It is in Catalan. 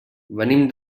venim